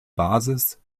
basis